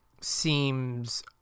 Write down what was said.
seems